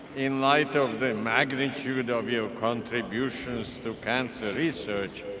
in light of the magnitude of your contributions to cancer research,